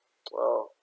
well